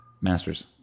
masters